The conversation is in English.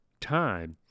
time